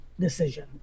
decision